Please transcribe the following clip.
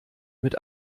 mit